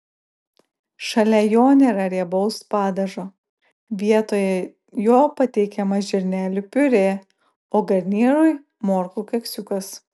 šalia jo nėra riebaus padažo vietoje jo pateikiama žirnelių piurė o garnyrui morkų keksiukas